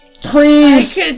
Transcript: Please